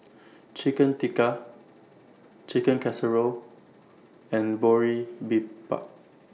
Chicken Tikka Chicken Casserole and